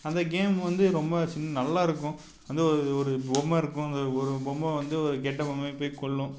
அந்த கேம் வந்து ரொம்ப சின் நல்லா இருக்கும் அந்த ஒரு ஒரு பொம்மை இருக்கும் அந்த ஒரு பொம்மை வந்து ஒரு கெட்ட பொம்மையை போய் கொல்லும்